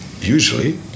usually